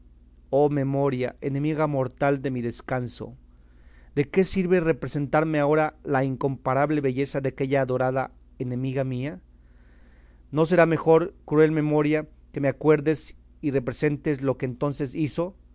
oh memoria enemiga mortal de mi descanso de qué sirve representarme ahora la incomparable belleza de aquella adorada enemiga mía no será mejor cruel memoria que me acuerdes y representes lo que entonces hizo